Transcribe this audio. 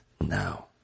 now